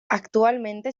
actualmente